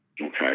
Okay